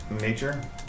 Nature